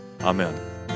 Amen